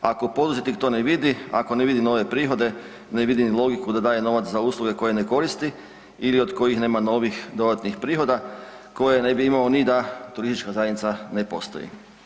Ako poduzetnik to ne vidi, ako ne vidi nove prihode, ne vidi ni logiku da daje novac za usluge koje ne koristi ili od kojih nema novih dodatnih prihoda koje ne bi imao ni da turistička zajednica ne postoji.